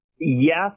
Yes